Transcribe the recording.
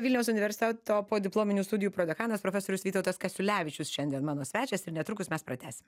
vilniaus universiteto podiplominių studijų prodekanas profesorius vytautas kasiulevičius šiandien mano svečias ir netrukus mes pratęsim